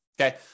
Okay